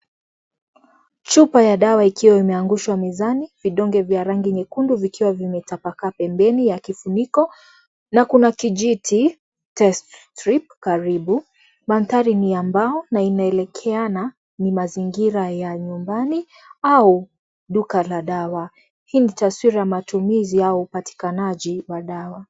Chupa ya dawa ikiwa imeangushwa mezani, vidonge vya rangi nyekundu vikiwa vimetapakaa pembeni ya kifuniko, na kuna kijiti, cha (cs)setrik(cs) karibu, manthari ni ya mbao, na inaelekeana ni mazingira ya nyumbani, au, duka la dawa, hii ni taswira ya matumizi au upatikanaji, wa dawa.